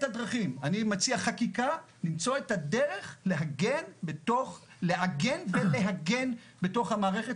הדרכים אני מציע חקיקה למצוא את הדרך לעגן ולהגן בתוך המערכת